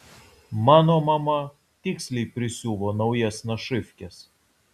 mano mama tiksliai prisiuvo naujas našyvkes